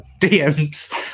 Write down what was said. dms